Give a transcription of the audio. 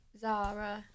zara